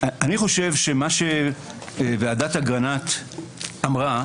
מה שוועדת אגרנט אמרה,